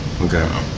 Okay